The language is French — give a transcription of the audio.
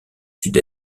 sud